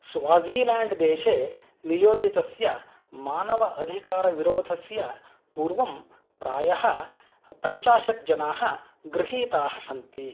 Swaziland देशे नियोजितस्य मानव अधिकारविरोधस्य पूर्वं प्रायः पञ्चाशत् जनाः गृहीताः सन्ति